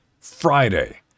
Friday